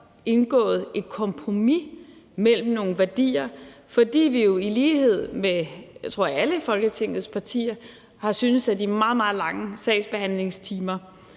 indgået et kompromis mellem nogle værdier, fordi vi jo i lighed med, jeg tror alle Folketingets partier har syntes, at de meget, meget lange sagsbehandlingstider